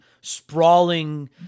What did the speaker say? sprawling